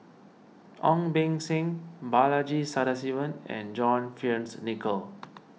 Ong Beng Seng Balaji Sadasivan and John Fearns Nicoll